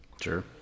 Sure